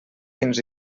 fins